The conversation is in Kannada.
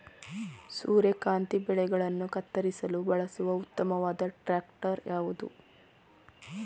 ಸೂರ್ಯಕಾಂತಿ ಬೆಳೆಗಳನ್ನು ಕತ್ತರಿಸಲು ಬಳಸುವ ಉತ್ತಮವಾದ ಟ್ರಾಕ್ಟರ್ ಯಾವುದು?